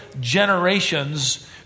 generations